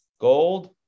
gold